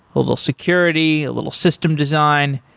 a little security, a little system design.